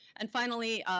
and finally,